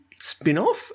spinoff